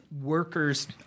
Workers